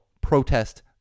protest